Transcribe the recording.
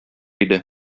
иде